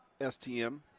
STM